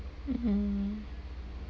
mmhmm